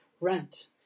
rent